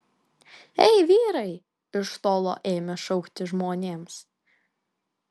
ei vyrai iš tolo ėmė šaukti žmonėms